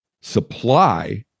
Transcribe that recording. supply